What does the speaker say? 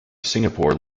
singapore